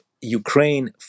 Ukraine